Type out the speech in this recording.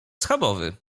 schabowy